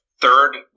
third